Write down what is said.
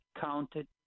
counted